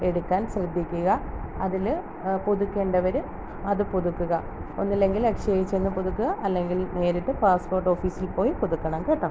എടുക്കാൻ ശ്രദ്ധിക്കുക അതിൽ പുതുക്കെണ്ടവർ അത് പുതുക്കുക ഒന്നുല്ലെങ്കിൽ അക്ഷയെ ചെന്ന് പുതുക്കുക അല്ലെങ്കിൽ നേരിട്ട് പാസ്പ്പോട്ടോഫീസിൽപ്പോയി പുതുക്കണം കേട്ടൊ